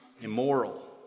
immoral